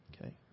Okay